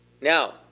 Now